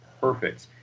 Perfect